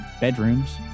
bedrooms